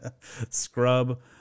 scrub